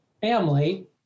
family